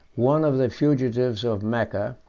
one of the fugitives of mecca,